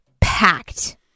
packed